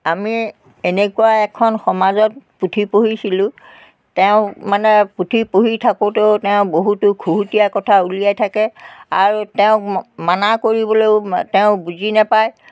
আমি এনেকুৱা এখন সমাজত পুথি পঢ়িছিলোঁ তেওঁ মানে পুথি পঢ়ি থাকোঁতেও তেওঁ বহুতো ঘুহুতীয়া কথা উলিয়াই থাকে আৰু তেওঁক মানা কৰিবলৈও তেওঁ বুজি নাপায়